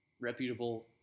reputable